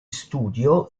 studio